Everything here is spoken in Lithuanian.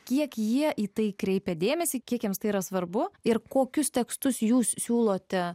kiek jie į tai kreipė dėmesį kiek jiems tai yra svarbu ir kokius tekstus jūs siūlote